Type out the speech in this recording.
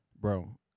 Bro